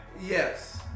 Yes